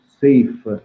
safe